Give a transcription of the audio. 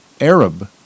Arab